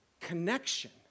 connection